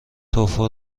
توفو